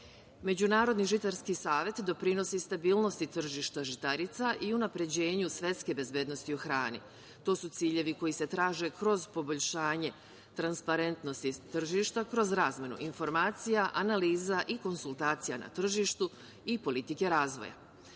hrane.Međunarodni žitarski savet, doprinosi stabilnosti tržišta žitarica i unapređenju svetske bezbednosti u hrani. To su ciljevi koji se traže kroz poboljšanje transparentnosti tržišta kroz razmenu informacija, analiza i konsultacija na tržištu i politike razvoja.